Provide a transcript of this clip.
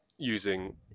using